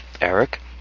Eric